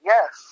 Yes